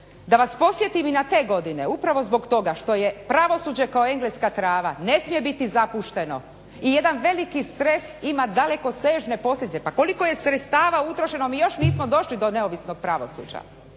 da vas podsjetim i na te godine, upravo zbog toga što je pravosuđe kao engleska trava, ne smije biti zapušteno i jedan veliki stres ima dalekosežne posljedice. Pa koliko je sredstava utrošeno, mi još nismo došli do neovisnog pravosuđa.